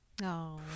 No